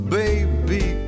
baby